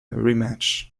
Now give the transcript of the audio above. rematch